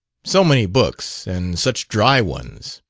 so many books, and such dry ones!